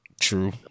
true